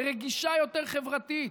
לרגישה יותר חברתית,